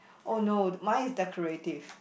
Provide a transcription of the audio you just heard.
oh no mine is decorative